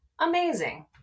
amazing